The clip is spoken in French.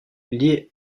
liée